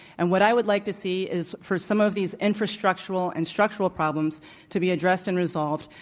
and what i wouldlike to see is for some of these infrastructural and structural problems to be addressed and resolved.